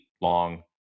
long